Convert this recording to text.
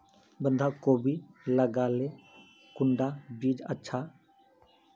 बंधाकोबी लगाले कुंडा बीज अच्छा?